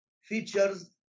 features